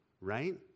right